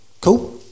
Cool